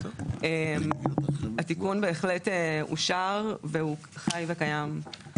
התיקון בהחלט אושר והוא חי וקיים.